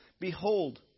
behold